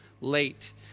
late